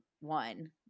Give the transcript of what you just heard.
one